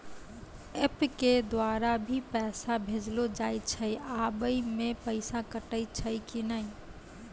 App के द्वारा भी पैसा भेजलो जाय छै आबै मे पैसा कटैय छै कि नैय?